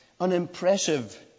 unimpressive